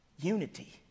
unity